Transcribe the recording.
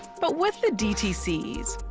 but with the dtcs,